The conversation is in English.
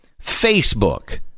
facebook